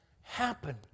happen